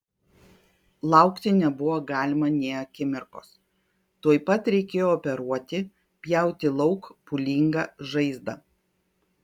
laukti nebuvo galima nė akimirkos tuoj pat reikėjo operuoti pjauti lauk pūlingą žaizdą